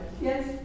Yes